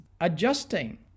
adjusting